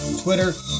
Twitter